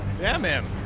them and